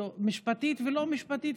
משפטית ולא משפטית,